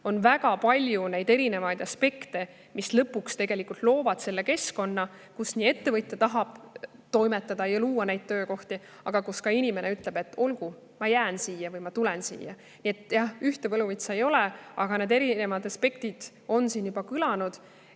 on väga palju erinevaid aspekte, mis lõpuks loovad selle keskkonna, kus ettevõtja tahab toimetada ja luua töökohti, aga mille kohta ka inimene ütleb, et olgu, ma jään siia või ma tulen siia. Jah, ühte võluvitsa ei ole, need erinevad aspektid on siin juba kõlanud.